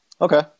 Okay